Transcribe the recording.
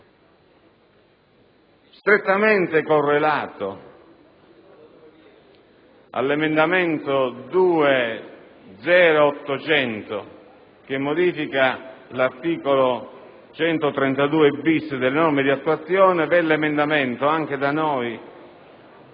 Strettamente correlato all'emendamento 2.0.801, che modifica l'articolo 132-*bis* delle norme di attuazione, è l'emendamento 2.0.800,